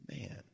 man